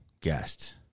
guests